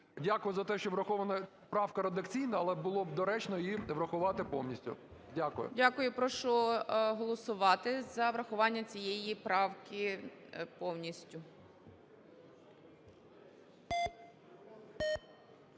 дякую за те, що врахована правка редакційно, але було б доречно її врахувати повністю. Дякую. ГОЛОВУЮЧИЙ. Дякую. Прошу голосувати за врахування цієї правки повністю.